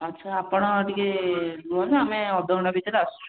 ଆଚ୍ଛା ଆପଣ ଟିକିଏ ରୁହନ୍ତୁ ଆମେ ଅଧଘଣ୍ଟା ଭିତରେ ଆସୁଛୁ